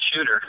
shooter